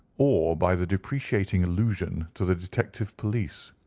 or by the depreciating allusion to the detective police.